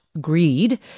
greed